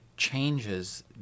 changes